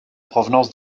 provenance